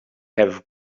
have